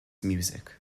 music